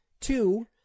Two